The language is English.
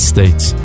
States